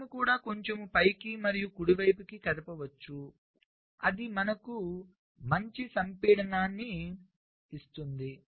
మనము కూడా కొంచెం పైకి మరియు కుడివైపుకు కదపవచ్చు అది మనకు మంచి సంపీడనాన్ని ఇస్తుంది